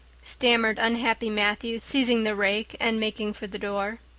stammered unhappy matthew, seizing the rake and making for the door.